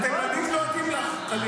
התימנים דואגים לך.